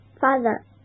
Father